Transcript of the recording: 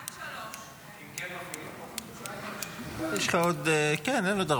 עד 15:00. אין עוד הרבה,